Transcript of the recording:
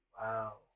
Wow